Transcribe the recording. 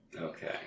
Okay